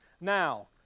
Now